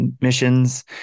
missions